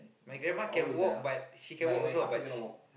power sia my my after cannot walk